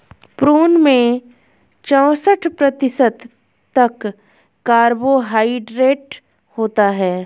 prune में चौसठ प्रतिशत तक कार्बोहायड्रेट होता है